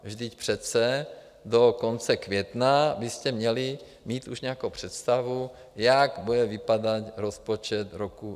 Vždyť přece do konce května byste měli mít už nějakou představu, jak bude vypadat rozpočet roku 2023.